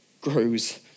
grows